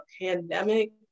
pandemic